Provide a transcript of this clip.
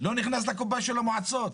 לא נכנס לקופה של המועצות.